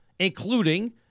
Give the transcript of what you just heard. including